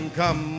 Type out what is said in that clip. come